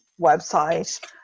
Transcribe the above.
website